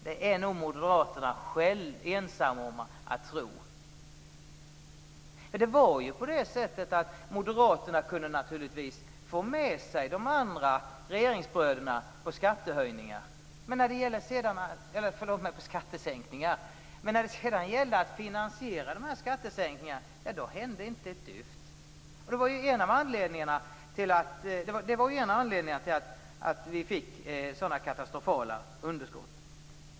Det är nog moderaterna ensamma om att tro. Moderaterna kunde naturligtvis få med sig sina regeringsbröder på skattesänkningar, men när det sedan gällde att finansiera dessa skattesänkningar hände inte ett dyft. Det var en av anledningarna till att vi fick så katastrofala underskott.